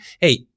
hey